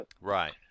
Right